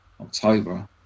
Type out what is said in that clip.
October